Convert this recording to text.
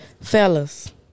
Fellas